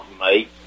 mate